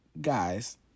Guys